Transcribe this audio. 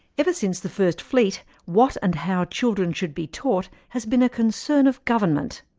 ever since the first fleet, what and how children should be taught has been a concern of government.